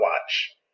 watch